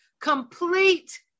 complete